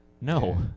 no